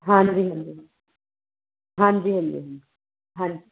ਹਾਂਜੀ ਹਾਂਜੀ ਹਾਂਜੀ ਹਾਂਜੀ ਹਾਂਜੀ